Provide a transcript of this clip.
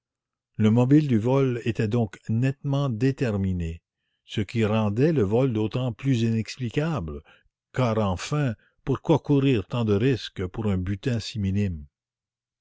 le mobile du vol était donc nettement déterminé ce qui rendait le vol d'autant plus inexplicable car enfin pourquoi courir tant de risques pour un butin si minime